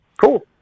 cool